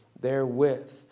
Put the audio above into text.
therewith